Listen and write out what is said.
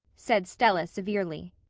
said stella severely,